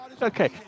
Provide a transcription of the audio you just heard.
Okay